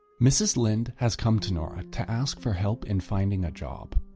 mrs linde has come to nora to ask for help in finding a job.